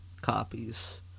copies